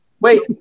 Wait